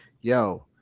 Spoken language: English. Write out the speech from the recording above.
yo